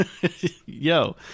Yo